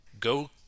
Go